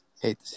Hate